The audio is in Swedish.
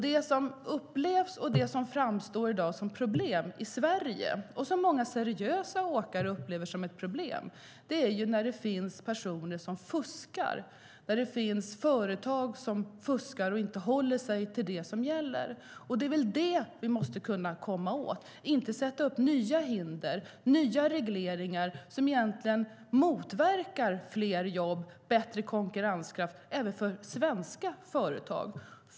Det som i dag framstår som problem i Sverige, och som många seriösa åkare upplever som ett problem, är när det finns personer som fuskar och när det finns företag som fuskar och inte håller sig till det som gäller. Det är väl det vi måste kunna komma åt. Det handlar inte om att sätta upp nya hinder och nya regleringar som egentligen motverkar fler jobb och bättre konkurrenskraft, även för svenska företag.